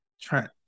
Trent